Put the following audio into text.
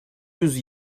yüz